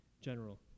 general